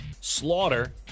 Slaughter